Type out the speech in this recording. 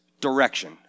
direction